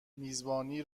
میزبانی